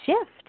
shift